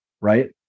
right